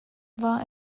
war